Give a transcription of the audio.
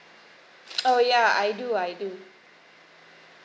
oh ya I do I do